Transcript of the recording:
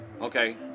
Okay